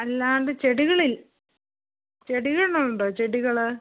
അല്ലാണ്ട് ചെടികളിൽ ചെടികളുണ്ടോ ചെടികൾ